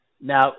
Now